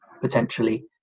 potentially